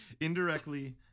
Indirectly